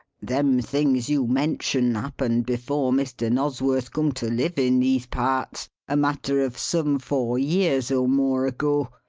them things you mention happened before mr. nosworth come to live in these parts a matter of some four years or more ago.